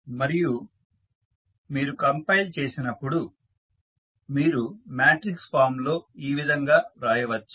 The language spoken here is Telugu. మరియు మీరు కంపైల్ చేసినప్పుడు మీరు మ్యాట్రిక్స్ ఫామ్లో ఈ విధంగా వ్రాయవచ్చు